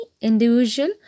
individual